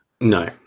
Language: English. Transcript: No